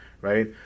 right